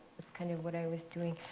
that's kind of what i was doing.